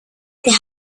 die